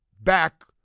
back